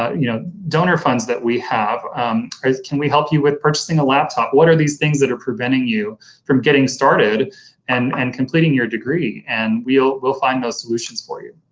ah you know, donor funds that we have can we help you with purchasing a laptop? what are these things that are preventing you from getting started and and completing your degree, and we will find those solutions for you.